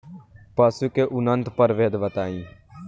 पशु के उन्नत प्रभेद बताई?